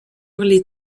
les